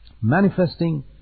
manifesting